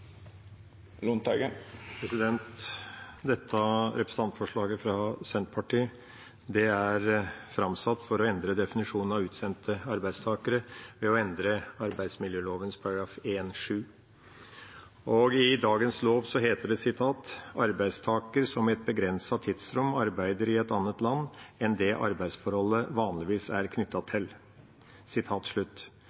Dette representantforslaget fra Senterpartiet er framsatt for å endre definisjonen av «utsendte arbeidstakere» ved å endre arbeidsmiljøloven § 1-7. I dagens lov er «utsendt arbeidstaker» definert som «arbeidstaker som i et begrenset tidsrom arbeider i et annet land enn det arbeidsforholdet vanligvis er